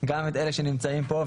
גם אלה שנמצאים פה,